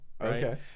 Okay